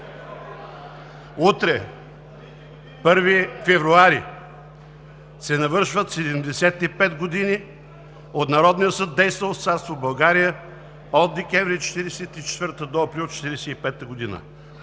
Утре, на 1 февруари, се навършват 75 години от Народния съд, действал в Царство България от декември 1944-а до април 1945 г.